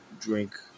drink